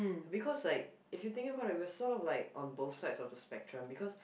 because like if you think about it we're sort of like on both sides of the spectrum because